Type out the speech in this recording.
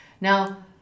Now